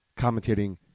commentating